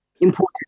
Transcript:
important